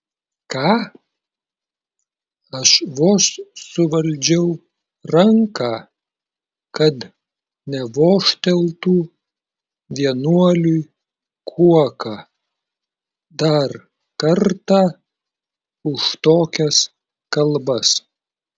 ką aš vos suvaldžiau ranką kad nevožteltų vienuoliui kuoka dar kartą už tokias kalbas